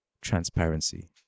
transparency